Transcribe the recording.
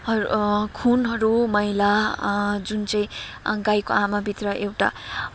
हरू खुनहरू मैला जुन चाहिँ गाईको आमाभित्र एउटा